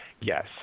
yes